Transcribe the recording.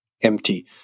empty